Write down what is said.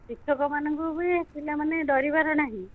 ଶିକ୍ଷକମାନଙ୍କୁ ବି ପିଲାମାନେ ଡରିବାର ନାହିଁ